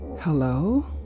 Hello